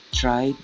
try